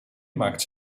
maakt